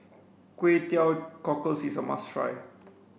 kway teow cockles is a must try